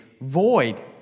void